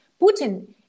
Putin